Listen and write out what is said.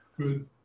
good